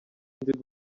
nzi